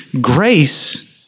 grace